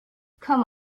come